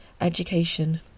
education